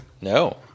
No